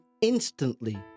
instantly